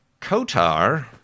Kotar